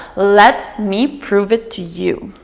let me prove it to you!